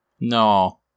No